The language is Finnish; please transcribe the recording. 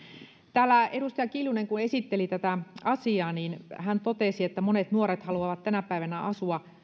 täällä edustaja kiljunen kun esitteli tätä asiaa totesi että monet nuoret haluavat tänä päivänä asua